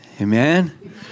Amen